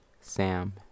Sam